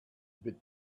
bit